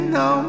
no